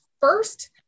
first